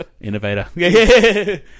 Innovator